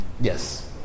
yes